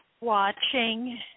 watching